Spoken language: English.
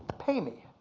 pay me.